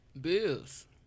Bills